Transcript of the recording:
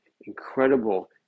incredible